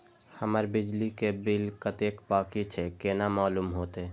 हमर बिजली के बिल कतेक बाकी छे केना मालूम होते?